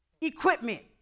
equipment